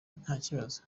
ntakibazo